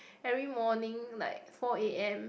every morning like four A_M